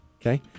Okay